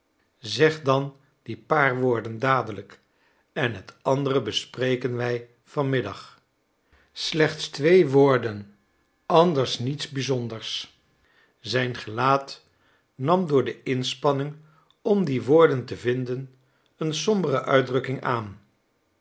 zeg dan die paar woorden dadelijk en het andere bespreken wij van middag slechts twee woorden anders niets bizonders zijn gelaat nam door de inspanning om die woorden te vinden een sombere uitdrukking aan